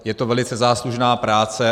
Je to velice záslužná práce.